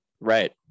Right